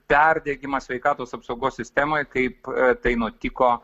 perteikimą sveikatos apsaugos sistemoj kaip tai nutiko